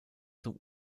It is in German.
zum